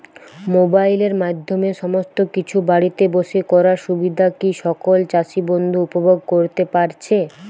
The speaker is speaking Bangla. মোবাইলের মাধ্যমে সমস্ত কিছু বাড়িতে বসে করার সুবিধা কি সকল চাষী বন্ধু উপভোগ করতে পারছে?